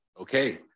Okay